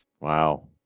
Wow